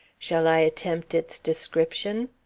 shall i attempt its description?